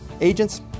Agents